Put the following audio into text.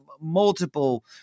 Multiple